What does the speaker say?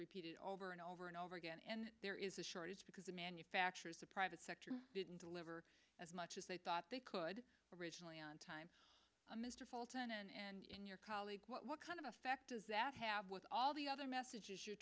repeated over and over and over again and there is a shortage because the manufacturers the private sector didn't deliver as much as they thought they could originally on time mr fulton and in your colleagues what kind of effect does that have with all the other messages you're